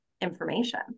information